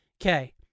Okay